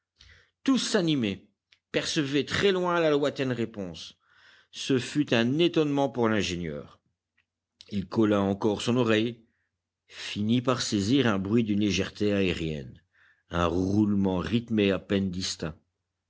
tous s'animaient percevaient très bien la lointaine réponse ce fut un étonnement pour l'ingénieur il colla encore son oreille il finit par saisir un bruit d'une légèreté aérienne un roulement rythmé à peine distinct